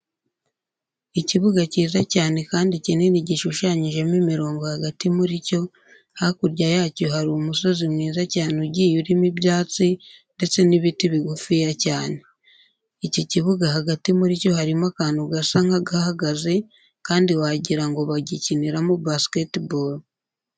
Ikibuga cyiza cyane kandi kinini gishushanyijemo imirongo hagati muri cyo, hakurya yacyo hari umusozi mwiza cyane ugiye urimo ibyatsi ndetse n'ibiti bigufiya cyane. Iki kibuga hagati muri cyo harimo akantu gasa nk'agahagaze kandi wagira ngo bagikiniramo basketball.